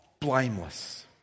blameless